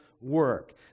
work